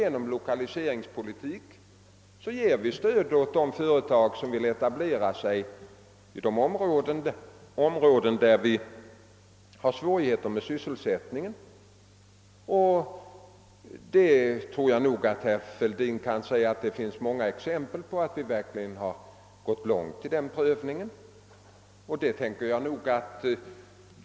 Genom lokaliseringspolitiken ger vi också stöd till de företag som vill etablera sig inom områden, där det förekommer svårigheter med sysselsättningen. Jag tror även att herr Fälldin kan hålla med om att det finns många exempel på att det uträttats åtskilligt i detta avseende.